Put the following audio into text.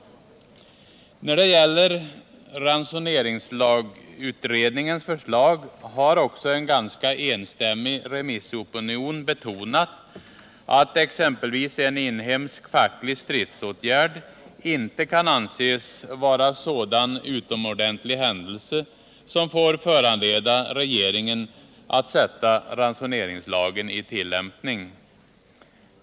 När det gäller ransoneringslagsutredningens förslag har också en ganska enstämmig remissopinion betonat att exempelvis en inhemsk facklig stridsåtgärd inte kan anses vara sådan utomordentlig händelse som får föranleda regeringen att sätta ransoneringslagen i tillämpning.